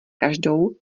každou